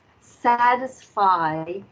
satisfy